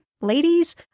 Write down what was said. ladies